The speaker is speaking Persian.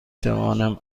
توانم